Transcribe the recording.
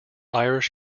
irish